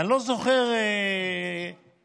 ואני לא זוכר כנסת,